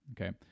Okay